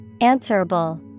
answerable